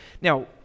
Now